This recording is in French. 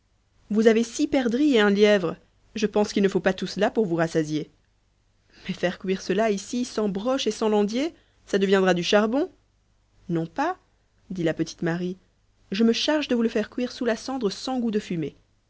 vous avez six perdrix et un lièvre je pense qu'il ne faut pas tout cela pour vous rassasier mais faire cuire cela ici sans broche et sans landiers ça deviendra du charbon non pas dit la petite marie je me charge de vous le faire cuire sous la cendre sans goût de fumée